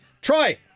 Troy